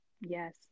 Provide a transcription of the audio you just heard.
yes